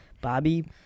Bobby